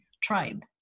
tribe